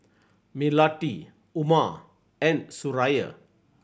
Melati Umar and Suraya